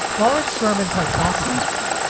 lawrence sherman's hypothesis.